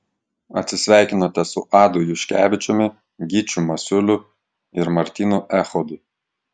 atsisveikinote su adu juškevičiumi gyčiu masiuliu ir martynu echodu